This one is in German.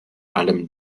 allem